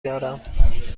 دارم